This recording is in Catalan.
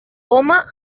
poma